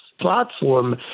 platform